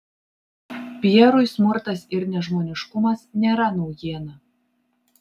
pierui smurtas ir nežmoniškumas nėra naujiena